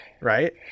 Right